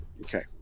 Okay